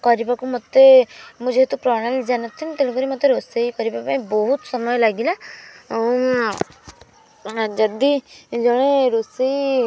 କରିବାକୁ ମୋତେ ମୁଁ ଯେହେତୁ ପ୍ରଣାଳୀ ଜାଣି ନଥିଲି ତେଣୁ କରି ମୋତେ ରୋଷେଇ କରିବା ପାଇଁ ବହୁତ ସମୟ ଲାଗିଲା ଆଉ ଯଦି ଜଣେ ରୋଷେଇ